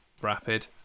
rapid